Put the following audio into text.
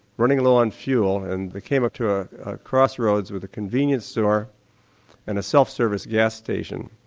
running low on fuel and they came up to ah cross roads with a convenience store and a self-service gas station.